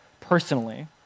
personally